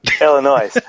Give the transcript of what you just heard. Illinois